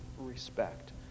respect